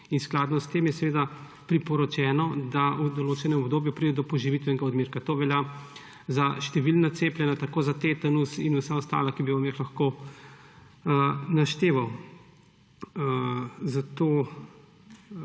Skladno s tem je seveda priporočeno, da v določenem obdobju pride do poživitvenega odmerka. To velja za številna cepljenja, tako za tetanus in vsa ostala, ki bi vam jih lahko našteval. Zato